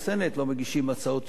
לא מגישים הצעות אי-אמון,